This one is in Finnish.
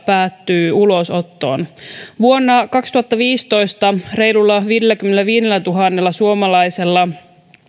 päätyy ulosottoon vuonna kaksituhattaviisitoista reilulla viidelläkymmenelläviidellätuhannella suomalaisella